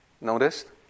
Noticed